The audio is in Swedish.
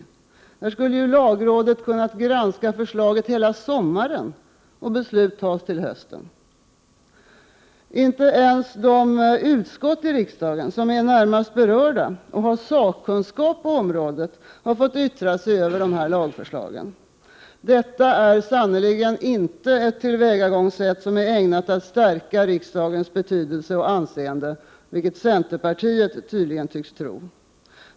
Lagrådet skulle ha kunnat granska förslaget hela sommaren och beslut skulle ha kunnat fattas i höst. Inte ens de utskott i riksdagen som är närmast berörda och har sakkunskap på området har fått yttra sig över lagförslagen. Detta är sannerligen inte ett tillvägagångssätt som är ägnat att stärka riksdagens betydelse och anseende, vilket centerpartiet tydligen tycks tro.